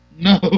No